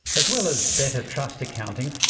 as well as better trust accounting,